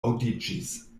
aŭdiĝis